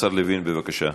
השר לוין, בבקשה.